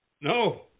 No